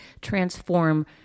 transform